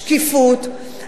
שקיפות,